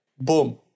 Boom